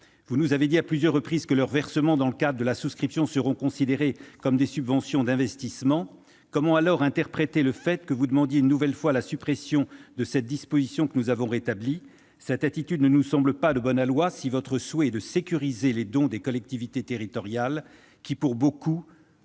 Vous nous avez dit à plusieurs reprises que leurs versements dans le cadre de la souscription seront considérés comme des subventions d'investissement. Dès lors, comment interpréter le fait que vous demandiez une nouvelle fois la suppression de cette disposition que nous avons rétablie ? Cette attitude ne nous semble pas de bon aloi, si votre souhait est de sécuriser les dons des collectivités territoriales, qui, pour beaucoup,